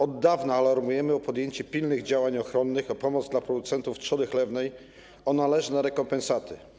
Od dawna alarmujemy o podjęcie pilnych działań ochronnych, o pomoc dla producentów trzody chlewnej, o należne rekompensaty.